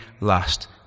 last